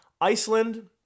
Iceland